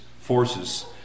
forces